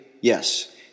Yes